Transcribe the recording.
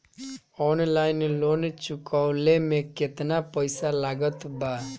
Online loan चुकवले मे केतना पईसा लागत बा?